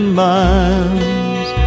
miles